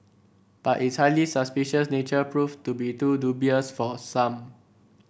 but its highly suspicious nature proved to be too dubious for some